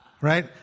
Right